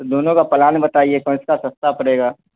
تو دونوں کا پلان بتائیے کون سا سستا پڑے گا